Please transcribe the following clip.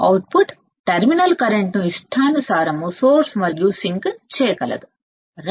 output terminal current ను ఇష్టానుసారం source మరియు సింక్ చేయగలదు సరే